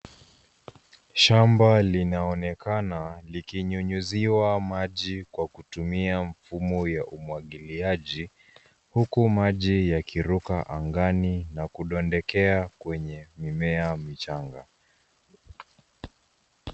Shamba linaonekana likinyunyiziwa maji kwa kutumia mfumo wa umwagiliaji, huku maji yakiruka angani nakudondokea kwenye mimea michanga.